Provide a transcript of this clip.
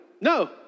No